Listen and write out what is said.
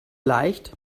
leicht